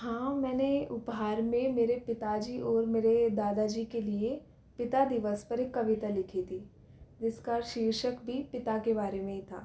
हाँ मैने उपहार में मेरे पिता जी और मेरे दादा जी के लिए पिता दिवस पर एक कविता लिखी थी जिसका शीर्षक भी पिता के बारे में ही था